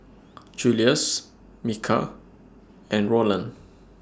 Julious Micah and Rowland